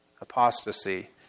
Apostasy